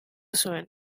zuen